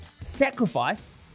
sacrifice